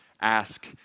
ask